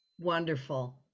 Wonderful